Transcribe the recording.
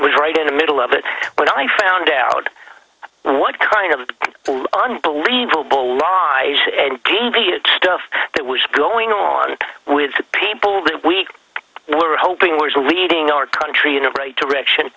was right in the middle of it when i found out what kind of unbelievable lies and deviated stuff that was going on with the people that we were hoping were leading our country in the right direction